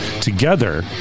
Together